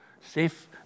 safe